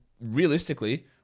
realistically